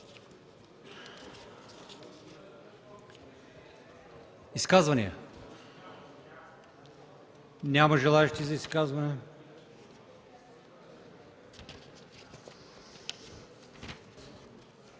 изказвания? Няма желаещи за изказвания.